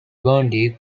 bondi